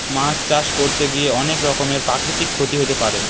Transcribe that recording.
মাছ চাষ করতে গিয়ে অনেক রকমের প্রাকৃতিক ক্ষতি হতে পারে